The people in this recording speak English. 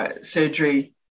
surgery